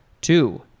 two